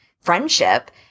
friendship